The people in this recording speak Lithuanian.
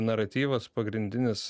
naratyvas pagrindinis